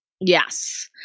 yes